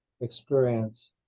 experience